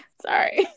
Sorry